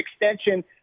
extension